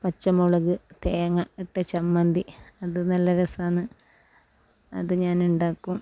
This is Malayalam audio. പച്ചമുളക് തേങ്ങ ഇട്ട ചമ്മന്തി അത് നല്ല രസാന്ന് അത് ഞാൻ ഉണ്ടാക്കും